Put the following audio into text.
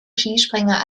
skispringer